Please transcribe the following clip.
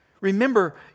Remember